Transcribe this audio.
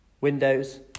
windows